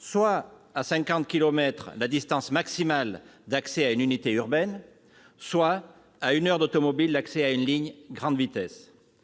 soit à 50 kilomètres la distance maximale d'accès à une unité urbaine, soit à une heure d'automobile l'accès à une ligne à grande vitesse.